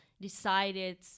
decided